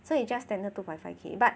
so is just standard two point five K but